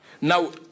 Now